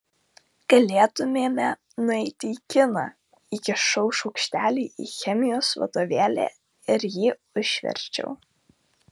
galėtumėme nueiti į kiną įkišau šaukštelį į chemijos vadovėlį ir jį užverčiau